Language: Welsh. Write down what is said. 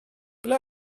ble